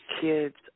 Kids